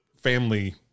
family